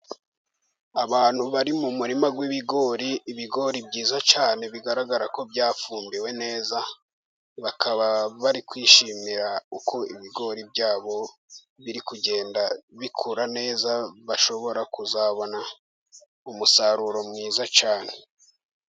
Abantu bari mu murima w'ibigori, ibigori byiza cyane bigaragara ko byafumbiwe neza. Bakaba bari kwishimira uko ibigori byabo biri kugenda bikura neza. Bashobora kuzabona umusaruro mwiza cyane.